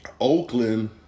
Oakland